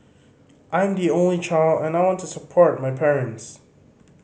I am the only child and I want to support my parents